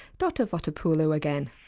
dr fotopoulou again.